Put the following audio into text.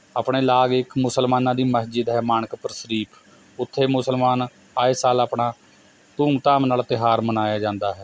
ਆਪਣੇ ਲਾਗ ਇੱਕ ਮੁਸਲਮਾਨਾਂ ਦੀ ਮਸਜਿਦ ਹੈ ਮਾਣਕਪੁਰ ਸ਼ਰੀਫ਼ ਉੱਥੇ ਮੁਸਲਮਾਨ ਆਏ ਸਾਲ ਆਪਣਾ ਧੂਮ ਧਾਮ ਨਾਲ ਤਿਉਹਾਰ ਮਨਾਇਆ ਜਾਂਦਾ ਹੈ